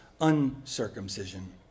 uncircumcision